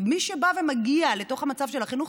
ומי שמגיע לתוך המצב של החינוך,